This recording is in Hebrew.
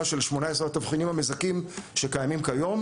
של 18 התבחינים המזכים שקיימים כיום.